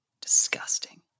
Disgusting